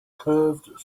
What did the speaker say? curved